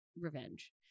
revenge